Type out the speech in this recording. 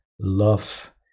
love